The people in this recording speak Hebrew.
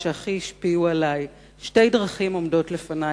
שהכי השפיעו עלי: "שתי דרכים עומדות לפני,